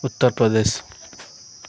Uttar Pradesh